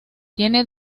tiene